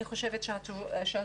אני חושבת שהתשובה,